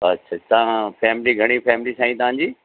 अच्छा तव्हां फ़ेमिली घणी फ़ेमिली साईं तव्हांजी